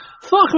fuck